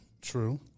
True